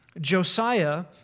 Josiah